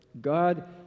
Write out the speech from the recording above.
God